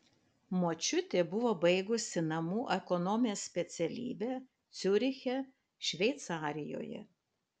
močiutė buvo baigusi namų ekonomės specialybę ciuriche šveicarijoje